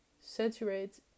saturate